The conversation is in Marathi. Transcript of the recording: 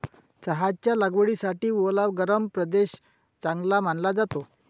चहाच्या लागवडीसाठी ओला गरम प्रदेश चांगला मानला जातो